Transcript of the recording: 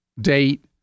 date